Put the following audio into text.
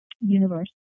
universe